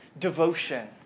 devotion